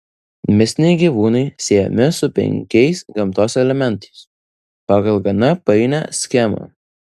mistiniai gyvūnai siejami su penkiais gamtos elementais pagal gana painią schemą